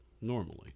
Normally